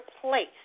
place